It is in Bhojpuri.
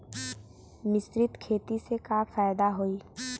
मिश्रित खेती से का फायदा होई?